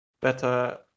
better